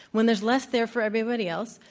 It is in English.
when there's less there for everybody else,